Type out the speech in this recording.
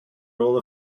role